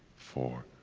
four,